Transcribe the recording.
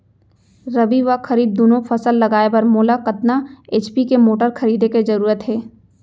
रबि व खरीफ दुनो फसल लगाए बर मोला कतना एच.पी के मोटर खरीदे के जरूरत हे?